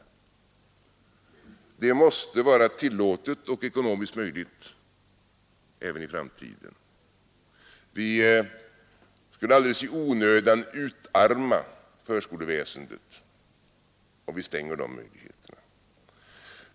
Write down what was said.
Det måste vara tillåtet och ekonomiskt möjligt även i framtiden. Vi skulle alldeles i onödan utarma förskoleväsendet om vi stängde dessa möjligheter.